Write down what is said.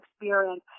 experience